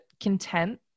content